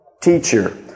teacher